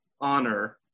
honor